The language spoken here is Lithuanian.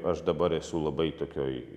aš dabar esu labai tokioj